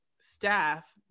staff